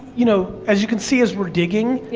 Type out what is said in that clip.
you know, as you can see, as we're digging,